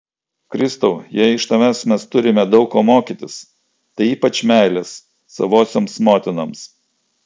kristau jei iš tavęs mes turime daug ko mokytis tai ypač meilės savosioms motinoms